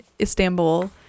Istanbul